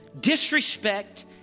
disrespect